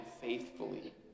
faithfully